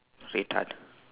retard